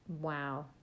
Wow